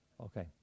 Okay